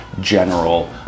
general